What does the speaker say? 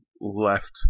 left